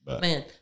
Man